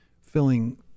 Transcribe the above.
filling